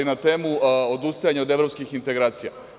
Na temu odustajanja od evropskih integracija.